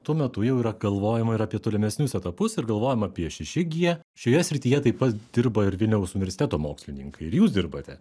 tuo metu jau yra galvojama ir apie tolimesnius etapus ir galvojame apie šeši gie šioje srityje taip pat dirba ir vilniaus universiteto mokslininkai ir jūs dirbate koks čia yra